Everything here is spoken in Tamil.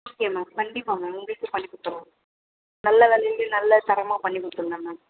ஓகே மேம் கண்டிப்பாக மேம் உங்களுக்கே பண்ணிக்கொடுத்துறோம் நல்ல விலைல நல்ல தரமாக பண்ணிக்கொடுத்துருலாம் மேம்